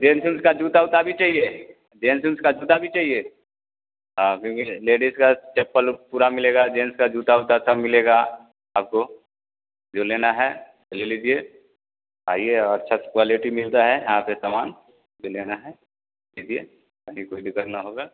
gents उंट्स का जूता ऊता भी चाहिए जेंट्स उंट्स का जूता भी चाहिए हाँ क्योंकि लेडीज़ का चप्पल पूरा मिलेगा जेन्ट्स का जूता ऊता सब मिलेगा आपको जो लेना है ले लीजिए आइए और अच्छा क्वालेटी मिलता है यहाँ पर सामान जो लेना है लीजिए कहीं कोई दिक्कत न होगा